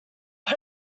but